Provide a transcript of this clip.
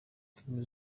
filime